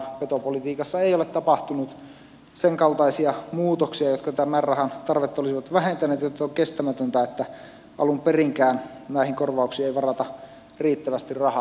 petopolitiikassa ei ole tapahtunut senkaltaisia muutoksia jotka tämän määrärahan tarvetta olisivat vähentäneet joten on kestämätöntä että alun perinkään näihin korvauksiin ei varata riittävästi rahaa